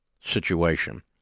situation